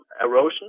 erosion